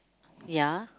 ya